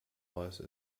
royce